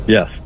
Yes